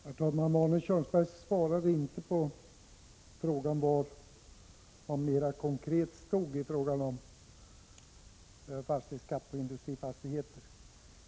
Herr talman! Arne Kjörnsberg svarade inte på min fråga var han mera konkret står beträffande fastighetsskatt på industrifastigheter.